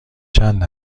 چند